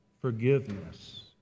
Forgiveness